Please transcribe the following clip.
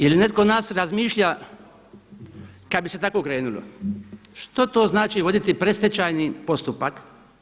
Jeli netko od nas razmišlja kada bi se tako krenulo što to znači voditi predstečajni postupak?